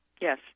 Yes